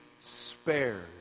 spared